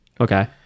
Okay